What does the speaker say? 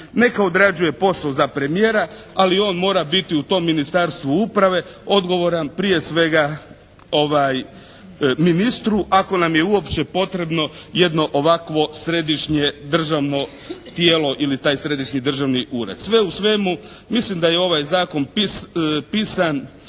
Neka odrađuje posao za premijera, ali on mora biti u tom Ministarstvu uprave odgovoran prije svega ministru ako nam je uopće potrebno jedno ovakvo središnje državno tijelo ili taj Središnji državni ured. Sve u svemu mislim da je ovaj zakon pisan da